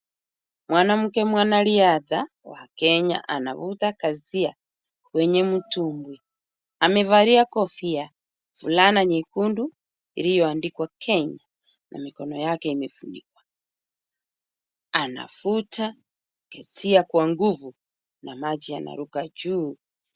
Mwanamke mwanariadha wa Kenya, anavuta kasia kwenye mtumbwi. Amevalia kofia, fulana nyekundu iliyoandikwa KENYA na mikono yake imefunikwa. Anavuta kasia kwa nguvu na maji yanaruka juu.